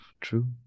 True